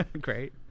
Great